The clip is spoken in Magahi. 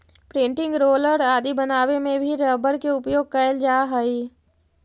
प्रिंटिंग रोलर आदि बनावे में भी रबर के उपयोग कैल जा हइ